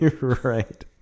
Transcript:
Right